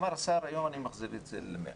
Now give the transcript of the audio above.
אמר השר היום: אני מחזיר את זה ל-100.